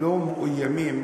לא מאוימים